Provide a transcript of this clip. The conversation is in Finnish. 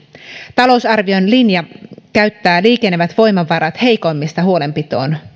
talousarvion linja käyttää liikenevät voimavarat heikoimmista huolenpitoon